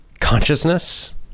consciousness